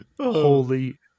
Holy